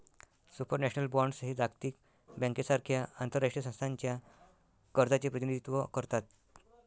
supranational bonds हे जागतिक बँकेसारख्या आंतरराष्ट्रीय संस्थांच्या कर्जाचे प्रतिनिधित्व करतात